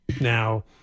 Now